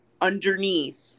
underneath